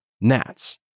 gnats